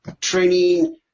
training